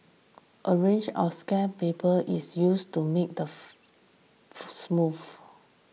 a range of sandpaper is used to make the foo foo smooth